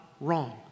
wrong